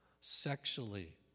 Sexually